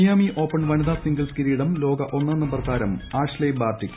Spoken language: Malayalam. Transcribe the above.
മിയാമി ഓപ്പൺ വനിതാ സിംഗിൾസ് കിരീടം ലോക ഒന്നാം നമ്പർ താരം ആഷ്ലെയ് ബാർട്ടിക്ക്